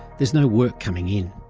there's no work coming in.